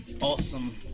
Awesome